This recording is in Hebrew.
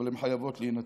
אבל הן חייבות להינתן.